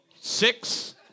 six